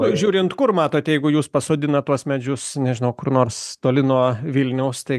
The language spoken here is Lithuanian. žiūrint kur matot jeigu jūs pasodinat tuos medžius nežinau kur nors toli nuo vilniaus tai